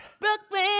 Brooklyn